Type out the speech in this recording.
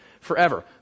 forever